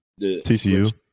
TCU